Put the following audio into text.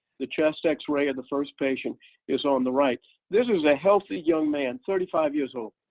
the chest x-ray of the first patient is on the right. this is a healthy young man, thirty five years old.